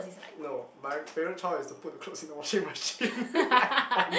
no my favourite chore is to put the clothes in the washing machine on